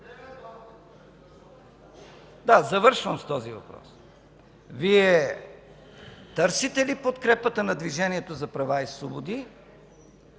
Да, завършвам с този въпрос. Вие търсите ли подкрепата на Движението за права и свободи,